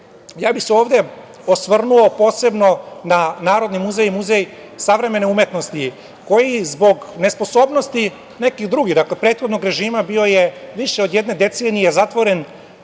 bih se osvrnuo posebno na Narodni muzej, Muzej savremene umetnosti, koji zbog nesposobnosti nekih drugih, prethodnog režima, bio je više od jedne decenije zatvoren